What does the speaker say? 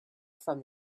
from